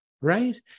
Right